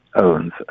owns